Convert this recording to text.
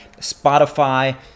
Spotify